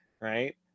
right